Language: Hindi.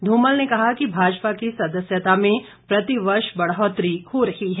धूमल ने कहा कि भाजपा की सदस्यता में प्रतिवर्ष बढ़ोतरी हो रही है